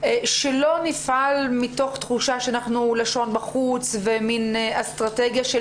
שלא נפעל מתוך תחושה שאנחנו עם הלשון בחוץ ומין אסטרטגיה של